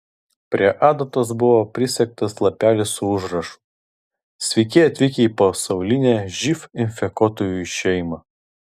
prie adatos buvo prisegtas lapelis su užrašu sveiki atvykę į pasaulinę živ infekuotųjų šeimą